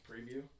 preview